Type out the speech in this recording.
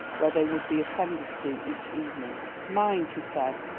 where they would be attended to each evening. mind, he said,